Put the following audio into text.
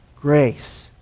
Grace